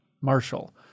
Marshall